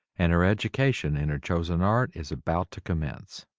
and her education in her chosen art is about to commence.